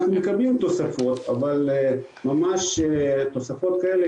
אנחנו מקבלים תוספות אבל תוספות כאלה